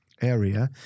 area